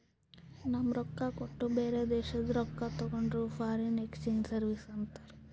ನಮ್ ರೊಕ್ಕಾ ಕೊಟ್ಟು ಬ್ಯಾರೆ ದೇಶಾದು ರೊಕ್ಕಾ ತಗೊಂಡುರ್ ಫಾರಿನ್ ಎಕ್ಸ್ಚೇಂಜ್ ಸರ್ವೀಸ್ ಅಂತಾರ್